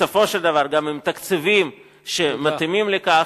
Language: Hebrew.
בסופו של דבר גם עם תקציבים שמתאימים לכך,